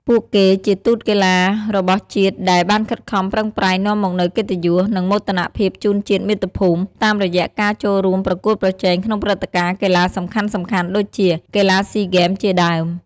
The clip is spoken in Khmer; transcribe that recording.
ពួកគេជាទូតកីឡារបស់ជាតិដែលបានខិតខំប្រឹងប្រែងនាំមកនូវកិត្តិយស និងមោទនភាពជូនជាតិមាតុភូមិ តាមរយៈការចូលរួមប្រកួតប្រជែងក្នុងព្រឹត្តិការណ៍កីឡាសំខាន់ៗដូចជា កីឡាស៊ីហ្គេម ជាដើម។